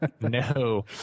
No